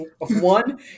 one